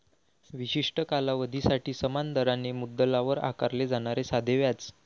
विशिष्ट कालावधीसाठी समान दराने मुद्दलावर आकारले जाणारे साधे व्याज